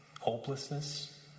hopelessness